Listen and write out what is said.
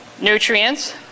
nutrients